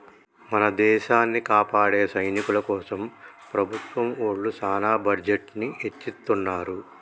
మన దేసాన్ని కాపాడే సైనికుల కోసం ప్రభుత్వం ఒళ్ళు సాన బడ్జెట్ ని ఎచ్చిత్తున్నారు